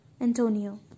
Antonio